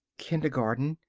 kindergarten.